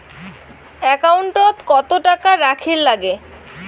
একাউন্টত কত টাকা রাখীর নাগে?